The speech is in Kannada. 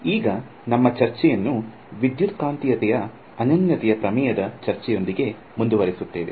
ಈಗ ನಮ್ಮ ಚರ್ಚೆಯನ್ನು ವಿದ್ಯುತ್ಕಾಂತೀಯತೆಯ ಅನನ್ಯತೆಯ ಪ್ರಮೇಯದ ಚರ್ಚೆಯೊಂದಿಗೆ ಮುಂದುವರಿಸುತ್ತೇವೆ